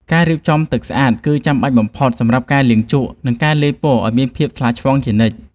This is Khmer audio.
ការរៀបចំទឹកស្អាតគឺចាំបាច់បំផុតសម្រាប់ការលាងជក់ និង ការលាយពណ៌ឱ្យមានភាពថ្លាឆ្វង់ជានិច្ច។